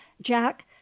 jack